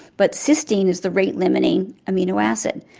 but cysteine is the rate limiting amino acid.